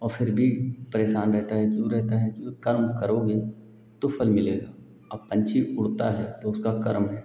और फिर भी परेशान रहता है क्यों रहता है कि कर्म करोगे तो फल मिलेगा अब पक्षी उड़ता है तो उसका कर्म है